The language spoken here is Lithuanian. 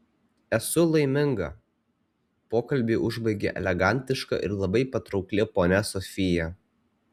esu laiminga pokalbį užbaigė elegantiška ir labai patraukli ponia sofija